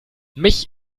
mich